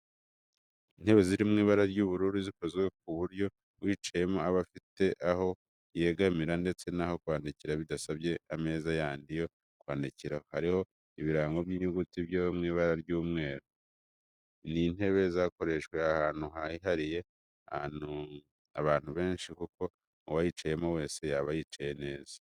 Intebe ziri mu ibara ry'ubururu zikozwe ku buryo uyicayeho aba afite aho yegamira ndetse n'aho kwandikira bidasabye ameza yandi yo kwandikiraho, hariho ibirango by'inyuguti byo mu ibara ry'umweru. Ni intebe zakoreshwa ahantu hahuriye abantu benshi kuko uwayicaraho wese yaba yicaye neza.